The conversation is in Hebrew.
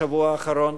בשבוע האחרון,